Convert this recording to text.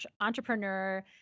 entrepreneur